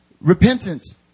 Repentance